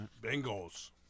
Bengals